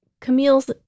Camille's